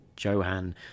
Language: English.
Johann